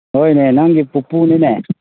ꯍꯣꯏꯅꯦ ꯅꯪꯒꯤ ꯄꯨꯄꯨꯅꯤꯅꯦ